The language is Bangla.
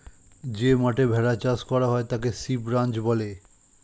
যে মাঠে ভেড়া চাষ করা হয় তাকে শিপ রাঞ্চ বলে